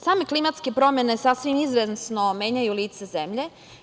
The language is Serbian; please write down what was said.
Same klimatske promene sasvim izvesno menjaju lice zemlje.